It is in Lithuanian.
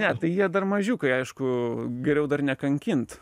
ne tai jie dar mažiukai aišku geriau dar nekankint